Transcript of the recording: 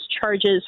charges